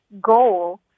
goal